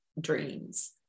dreams